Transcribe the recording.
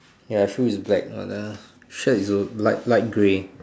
ya shoe is black but the shirt is al light light grey